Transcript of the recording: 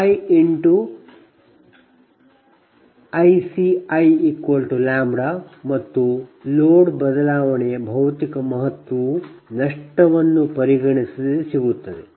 Li×ICiλ ಮತ್ತು ಲೋಡ್ ಬದಲಾವಣೆಯ ಭೌತಿಕ ಮಹತ್ವವು ನಷ್ಟವನ್ನು ಪರಿಗಣಿಸದೆ ಸಿಗುತ್ತದೆ